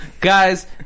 guys